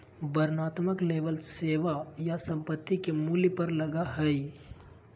वर्णनात्मक लेबल सेवा या संपत्ति के मूल्य पर लगा हइ